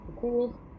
cool